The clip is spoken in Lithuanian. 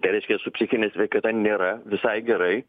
tai reiškia su psichine sveikata nėra visai gerai